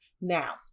now